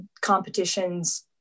competitions